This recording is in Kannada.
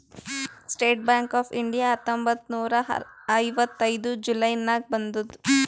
ಸ್ಟೇಟ್ ಬ್ಯಾಂಕ್ ಆಫ್ ಇಂಡಿಯಾ ಹತ್ತೊಂಬತ್ತ್ ನೂರಾ ಐವತ್ತೈದು ಜುಲೈ ನಾಗ್ ಬಂದುದ್